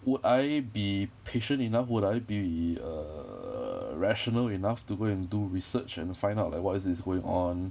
would I be patient enough would I be err rational enough to go and do research and find out like what is this going on